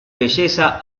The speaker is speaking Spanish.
belleza